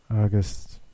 August